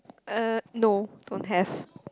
uh no don't have